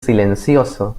silencioso